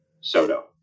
Soto